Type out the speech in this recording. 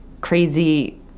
crazy